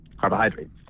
carbohydrates